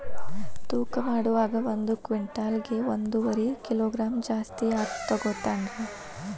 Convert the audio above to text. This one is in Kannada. ತೂಕಮಾಡುವಾಗ ಒಂದು ಕ್ವಿಂಟಾಲ್ ಗೆ ಒಂದುವರಿ ಕಿಲೋಗ್ರಾಂ ಜಾಸ್ತಿ ಯಾಕ ತೂಗ್ತಾನ ರೇ?